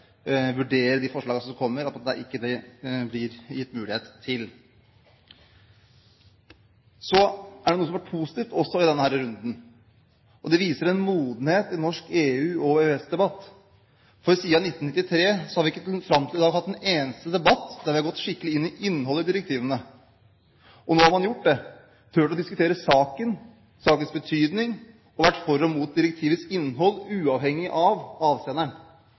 vurdere de forslag som kommer, at det ikke blir gitt mulighet til det. Så er det noe som har vært positivt også i denne runden, og det viser en modenhet i norsk EU- og EØS-debatt. For siden 1993 og fram til i dag har vi ikke hatt en eneste debatt der vi har gått skikkelig inn i innholdet i direktivene. Nå har man gjort det og tort å diskutere saken, sakens betydning og vært for og imot direktivets innhold, uavhengig av avsenderen.